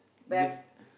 this